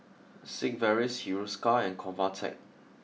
Sigvaris Hiruscar and Convatec